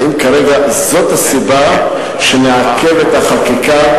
האם כרגע זאת הסיבה שנעכב את החקיקה?